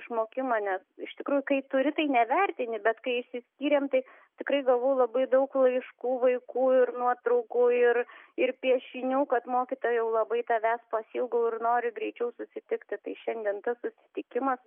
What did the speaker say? išmokimą nes iš tikrųjų kai turi tai nevertini bet kai išsiskyrėm tai tikrai gavau labai daug laiškų vaikų ir nuotraukų ir ir piešinių kad mokytojau labai tavęs pasiilgau ir noriu greičiau susitikti tai šiandien tas susitikimas